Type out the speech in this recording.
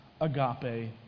agape